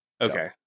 okay